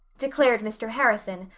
declared mr. harrison,